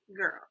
girl